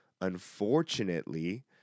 unfortunately